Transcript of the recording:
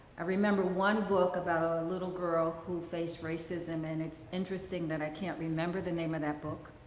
i remember one book about a little girl who faced racism and it's interesting that i can't remember the name of that book,